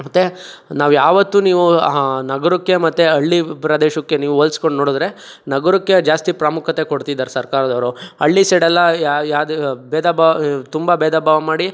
ಮತ್ತೆ ನಾವು ಯಾವತ್ತೂ ನೀವು ನಗರಕ್ಕೆ ಮತ್ತು ಹಳ್ಳಿ ಪ್ರದೇಶಕ್ಕೆ ನೀವು ಹೋಲ್ಸ್ಕೊಂಡ್ ನೋಡಿದ್ರೆ ನಗರಕ್ಕೆ ಜಾಸ್ತಿ ಪ್ರಾಮುಖ್ಯತೆ ಕೊಡ್ತಿದಾರೆ ಸರ್ಕಾರದವರು ಹಳ್ಳಿ ಸೈಡೆಲ್ಲ ಯಾವುದು ಭೇದ ಭಾವ ತುಂಬ ಭೇದ ಭಾವ ಮಾಡಿ